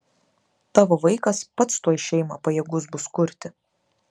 tavo vaikas pats tuoj šeimą pajėgus bus kurti